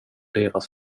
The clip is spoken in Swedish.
deras